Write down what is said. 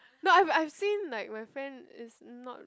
not I've I've seen like my friend is not